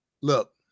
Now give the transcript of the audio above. Look